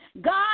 God